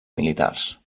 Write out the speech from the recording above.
militars